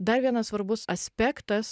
dar vienas svarbus aspektas